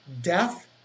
Death